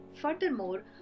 Furthermore